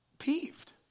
Peeved